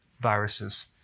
viruses